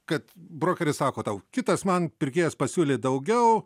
kad brokeris sako tau kitas man pirkėjas pasiūlė daugiau